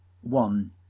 One